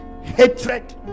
hatred